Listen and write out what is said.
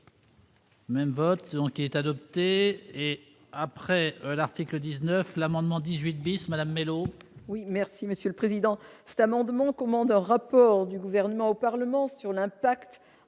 Même votre enquête adopté et après l'article 19 l'amendement 18 bis Madame mélo. Oui merci monsieur le président, instamment demandé commandeur, rapport du gouvernement au Parlement sur l'impact